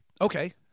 Okay